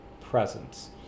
presence